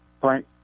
Frank